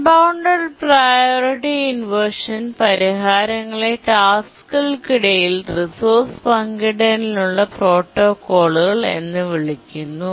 unbounded priority inversion പരിഹാരങ്ങളെ ടാസ്ക്കുകൾക്കിടയിൽ resource പങ്കിടലിനുള്ള പ്രോട്ടോക്കോളുകൾ എന്ന് വിളിക്കുന്നു